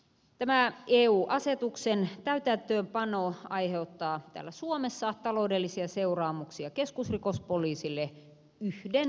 tämän eu asetuksen täytäntöönpano aiheuttaa täällä suomessa taloudellisia seuraamuksia keskusrikospoliisille yhden henkilötyövuoden verran